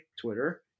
Twitter